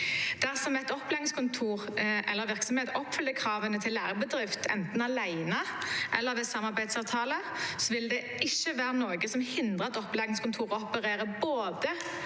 Dersom et opplæringskontor eller en virksomhet oppfyller kravene til en lærebedrift enten alene eller ved samarbeidsavtale, vil det ikke være noe som hindrer at opplæringskontoret opererer som